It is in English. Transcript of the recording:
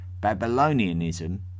Babylonianism